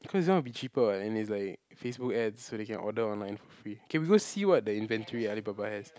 cause this one will be cheaper [what] and is like Facebook ads so they can order online for free okay we go see what the inventory Alibaba has